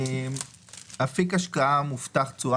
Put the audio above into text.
"אפיק השקעה מובטח תשואה"